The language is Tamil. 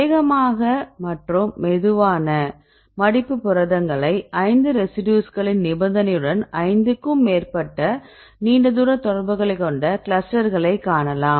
வேகமான மற்றும் மெதுவான மடிப்பு புரதங்களைக் 5 ரெசிடியூஸ்களின் நிபந்தனையுடன் 5 க்கும் மேற்பட்ட நீண்ட தூர தொடர்புகளைக் கொண்ட கிளஸ்டர்களை காணலாம்